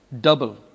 double